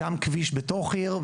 גם כביש בתור עיר,